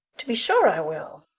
to be sure i will.